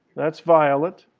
that's violet,